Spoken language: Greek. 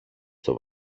στο